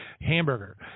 hamburger